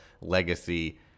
legacy